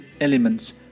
elements